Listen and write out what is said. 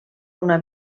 una